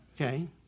Okay